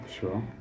Sure